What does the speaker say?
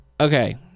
Okay